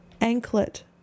Anklet